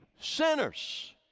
sinners